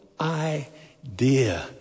idea